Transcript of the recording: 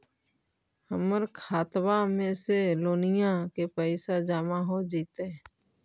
हमर खातबा में से लोनिया के पैसा जामा हो जैतय?